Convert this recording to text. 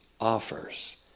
offers